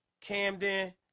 Camden